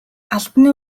албаны